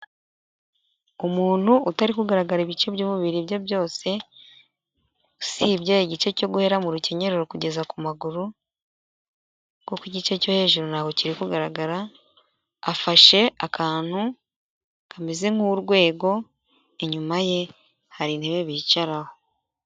Umuntu utari kugaragara ibice by'umubiri bye byose, usibye igice cyo guhera mu rukenyerero kugeza ku maguru kuko igice cyo hejuru ntabwo kiri kugaragara afashe akantu kameze nk'urwego inyuma ye hari intebe bicaraho.